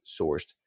sourced